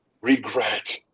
regret